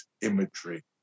imagery